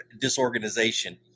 disorganization